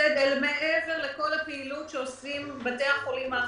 ומעבר לכל הפעילות שעושים בתי החולים האחרים,